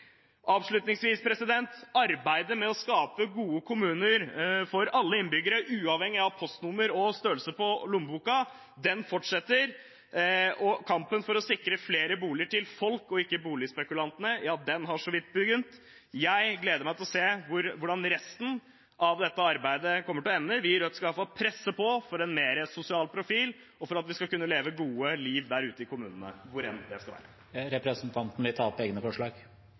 Avslutningsvis: Arbeidet med å skape gode kommuner for alle innbyggere, uavhengig av postnummer og størrelse på lommeboka, fortsetter. Og kampen for å sikre flere boliger til folk og ikke til boligspekulantene, har så vidt begynt. Jeg gleder meg til å se hvordan resten av dette arbeidet kommer til å ende. Vi i Rødt skal i alle fall presse på for en mer sosial profil og for at vi skal kunne leve et god liv der ute i kommunene – hvor enn det er. Jeg tar til slutt opp Rødts forslag